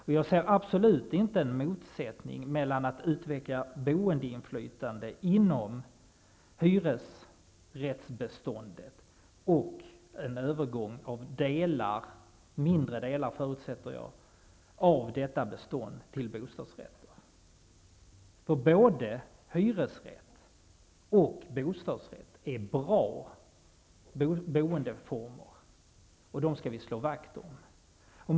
Jag ser absolut ingen motsättning mellan att utveckla boendeinflytande inom hyresrättsbeståndet och en övergång av delar -- mindre delar förutsätter jag -- av detta bestånd till bostadsrätter. Både hyresrätt och bostadsrätt är bra boendeformer, och dem skall vi slå vakt om.